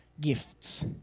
gifts